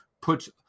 puts